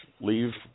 leave